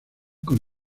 con